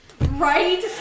Right